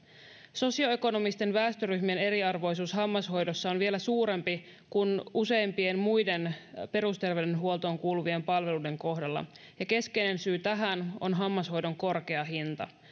sosioekonomisten väestöryhmien eriarvoisuus on hammashoidossa vielä suurempi kuin useimpien muiden perusterveydenhuoltoon kuuluvien palveluiden kohdalla ja keskeinen syy tähän on hammashoidon korkea hinta